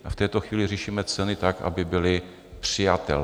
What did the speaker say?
V této chvíli řešíme ceny tak, aby byly přijatelné.